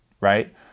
Right